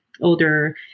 older